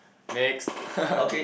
next